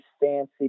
fancy